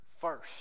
first